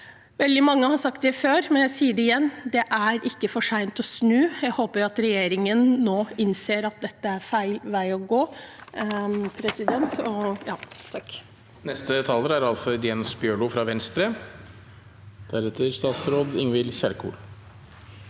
Veldig mange har sagt det før, men jeg sier det igjen: Det er ikke for sent å snu. Jeg håper at regjeringen nå innser at dette er feil vei å gå.